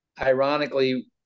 ironically